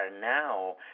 now